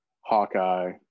Hawkeye